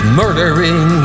murdering